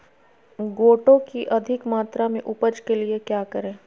गोटो की अधिक मात्रा में उपज के लिए क्या करें?